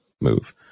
move